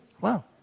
wow